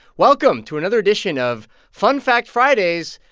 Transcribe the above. welcome to another edition of fun fact fridays,